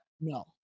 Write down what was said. No